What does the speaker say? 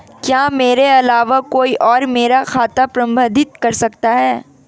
क्या मेरे अलावा कोई और मेरा खाता प्रबंधित कर सकता है?